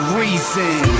reason